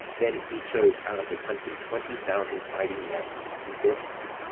then he chose out of the country twenty thousand fighting men, and horsemen,